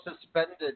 suspended